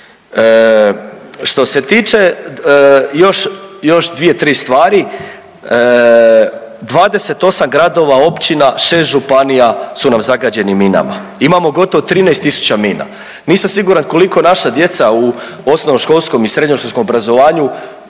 Što se tiče još, još 2-3 stvari, 28 gradova i općina, 6 županija su nam zagađeni minama, imamo gotovo 13 tisuća mina. Nisam siguran koliko naša djeca u osnovnoškolskom i srednjoškolskom obrazovanju